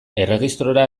erregistrora